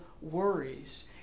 worries